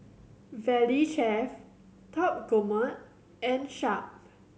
Valley Chef Top Gourmet and Sharp